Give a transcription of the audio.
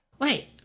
Wait